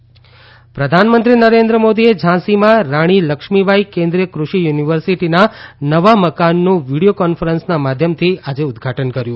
college પ્રધાનમંત્રી નરેન્દ્ર મોદી રાણી લક્ષ્મીબાઇ કેન્દ્રિય કૃષિ યુનીવર્સીટીના નવા મકાનનું વિડીયો કોન્ફરન્સના માધ્યમથી આજે ઉદધાટન કરશે